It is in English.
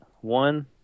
One